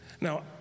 Now